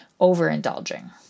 overindulging